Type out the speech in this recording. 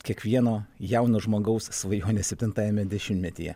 kiekvieno jauno žmogaus svajonė septintajame dešimtmetyje